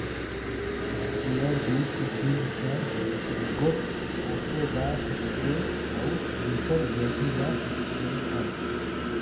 sprayer दूई किसिम कर होथे एगोट ओटेदार इस्परे अउ दूसर बेटरीदार इस्परे हवे